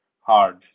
hard